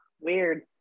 weird